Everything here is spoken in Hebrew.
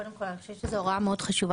קודם כל אני חושבת שזו הוראה מאוד חשובה.